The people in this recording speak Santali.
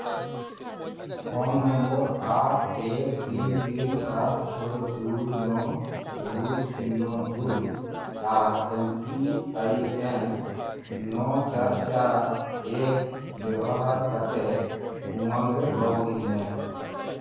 ᱯᱷᱳᱱ ᱱᱚᱢᱵᱚᱨ ᱟᱴ ᱮᱠ ᱛᱤᱱ ᱛᱤᱱ ᱥᱟᱛ ᱪᱷᱚᱭ ᱫᱩᱭ ᱱᱚ ᱫᱩᱭ ᱥᱩᱱᱱᱚ ᱫᱩᱭ ᱟᱨ ᱮᱢ ᱯᱤ ᱟᱭ ᱮᱱ ᱱᱚ ᱪᱟᱨ ᱪᱟᱨ ᱮᱠ ᱵᱮᱵᱚᱦᱟᱨ ᱠᱟᱛᱮᱫ ᱩᱢᱟᱝ ᱨᱮ ᱞᱚᱜᱽ ᱤᱱ ᱢᱮ